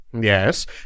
Yes